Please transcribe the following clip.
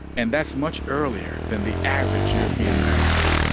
and that's much earlier than the average european american,